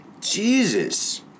Jesus